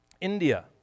India